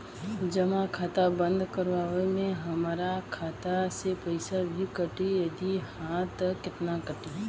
जमा खाता बंद करवावे मे हमरा खाता से पईसा भी कटी यदि हा त केतना कटी?